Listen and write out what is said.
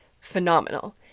phenomenal